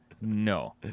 No